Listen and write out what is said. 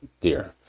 dear